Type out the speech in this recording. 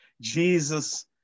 Jesus